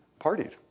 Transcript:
partied